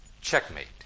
Checkmate